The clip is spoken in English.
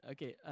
Okay